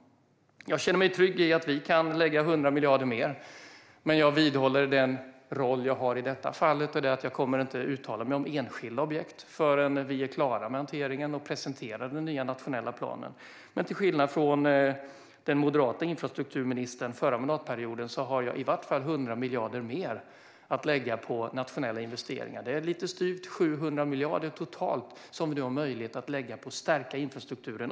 Jag känner mig trygg i att vi kan lägga 100 miljarder mer, men jag vidhåller den roll jag har i detta fall, nämligen att jag inte kommer att uttala mig om enskilda objekt förrän vi är klara med hanteringen och presenterar den nya nationella planen. Till skillnad från den moderata infrastrukturministern under den förra mandatperioden har jag i varje fall 100 miljarder mer att lägga på nationella investeringar. Det är lite styvt 700 miljarder totalt som vi nu har möjlighet att lägga på att stärka infrastrukturen.